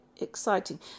exciting